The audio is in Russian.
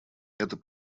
это